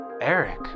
Eric